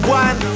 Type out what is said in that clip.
one